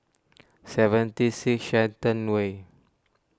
seventy six Shenton Way